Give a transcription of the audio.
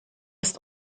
ist